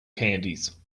candies